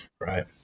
right